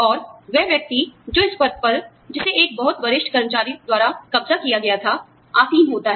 और वह व्यक्ति जो इस पद पर जिसे एक बहुत वरिष्ठ कर्मचारी द्वारा कब्ज़ा किया गया था आसीन होता है